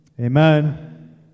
Amen